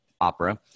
opera